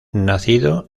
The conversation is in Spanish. nacido